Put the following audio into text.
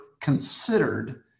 considered